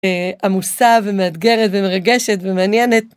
עמוסה ומאתגרת ומרגשת ומעניינת.